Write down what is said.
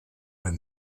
been